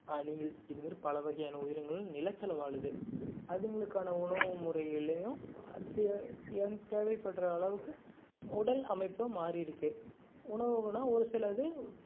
அணில் இதுமாரி பல வகையான உயிரினங்கள் நிலத்தில் வாழுது அதுங்களுக்கான உணவு முறையிலேயும் அது தேவை எங் தேவைப்படுற அளவுக்கு உடல் அமைப்பு மாற்றி இருக்குது உணவுனால் ஒரு சில இது